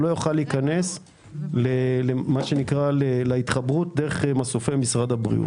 יוכל להיכנס להתחברות דרך מסופי משרד הבריאות.